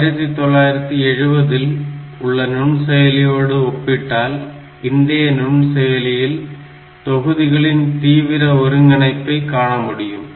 1970 இல் உள்ள நுண்செயலியோடு ஒப்பிட்டால் இன்றைய நுண்செயலியில் தொகுதிகளின் தீவிர ஒருங்கிணைப்பை காணமுடியும்